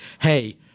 hey